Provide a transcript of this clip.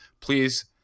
Please